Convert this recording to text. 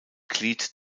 glied